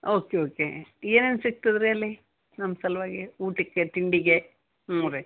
okay okay ಏನೇನು ಸಿಗ್ತದೆ ರೀ ಅಲ್ಲಿ ನಮ್ಮ ಸಲುವಾಗಿ ಊಟಕ್ಕೆ ತಿಂಡಿಗೆ ಹ್ಞೂ ರೀ